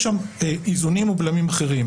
יש שם איזונים ובלמים אחרים.